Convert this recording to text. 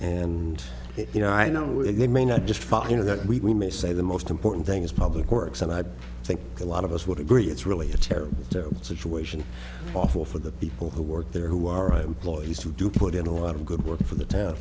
and you know i know they may not just fall into that we may say the most important thing is public works and i think a lot of us would agree it's really a tear situation awful for the people who work there who are employees who do put in a lot of good work for the town